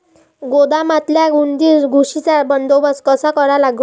गोदामातल्या उंदीर, घुशीचा बंदोबस्त कसा करा लागन?